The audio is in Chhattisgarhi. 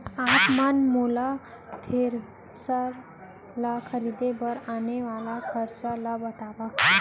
आप मन मोला थ्रेसर ल खरीदे बर आने वाला खरचा ल बतावव?